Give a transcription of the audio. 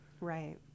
Right